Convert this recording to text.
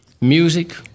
music